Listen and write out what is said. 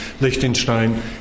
Liechtenstein